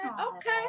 okay